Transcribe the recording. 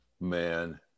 Man